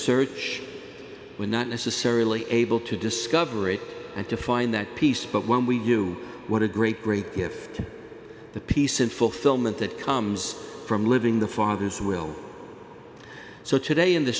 search we're not necessarily able to discover it and to find that piece but when we you what a great great gift the peace and fulfillment that comes from living the father's will so today in the